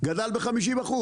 גדל ב-50%.